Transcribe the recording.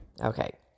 Okay